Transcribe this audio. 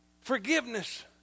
Forgiveness